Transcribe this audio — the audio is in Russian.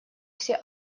все